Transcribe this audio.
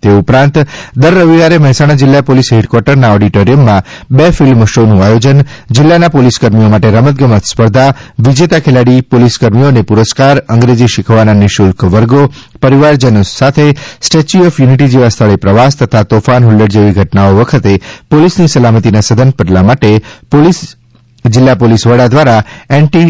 તે ઉપરાંત દર રવિવારે મહેસાણા જિલ્લા પોલીસ હેડકવાર્ટરના ઓડિટોરીયમમાં બે ફિલ્મ શોનું આયોજન જિલ્લાના પોલીસકર્મીઓ માટે રમત ગમત સ્પર્ધા વિજેતા ખેલાડી પોલીસકર્મીઓને પુરસ્કારસ અંગ્રેજી શીખવાના નિઃશુલ્ક વર્ગો પરિવારજનો સાથે સ્ટેચ્યુ ઓફ યુનિટી જેવાં સ્થળે પ્રવાસ તથા તોફાન ફલ્લડ જેવી ધટનાઓ વખતે પોલીસની સલામતીનાં સધન પગલાં માટે જિલ્લા પોલીસવડા દ્વારા એન્ટિ